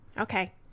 Okay